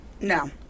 No